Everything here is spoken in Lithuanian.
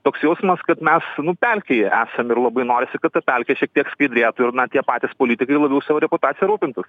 toks jausmas kad mes pelkėj esam ir labai norisi kad ta pelkė šiek tiek skaidrėtų ir na tie patys politikai labiau savo reputacija rūpintųsi